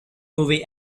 movie